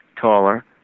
taller